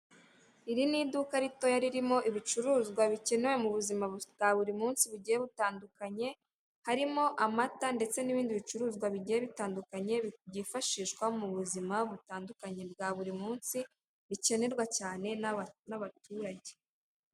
Iri ni iduka ritoya ririmo ibicuruzwa bikenewe mu buzima bwa buri munsi bugiye butandukanye harimo amata ndetse n'ibindi bicuruzwa bigiye bitandukanye byifashishwa mu buzima butandukanye bwa buri munsi, bikenerwa cyane n'abaturage.